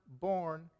born